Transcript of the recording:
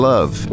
Love